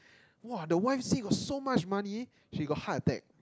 !woah! the wife say got so much money she got heart attack